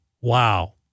Wow